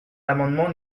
l’amendement